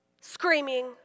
screaming